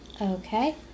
Okay